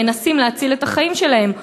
הם מנסים להציל את החיים שלהם',